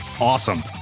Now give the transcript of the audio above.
awesome